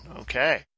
Okay